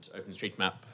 OpenStreetMap